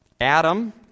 Adam